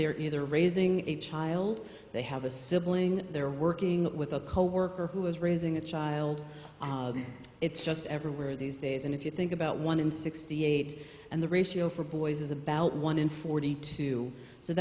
they are either raising a child they have a sibling they're working with a coworker who is raising a child it's just everywhere these days and if you think about one in sixty eight and the ratio for boys is about one in forty two so